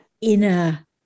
inner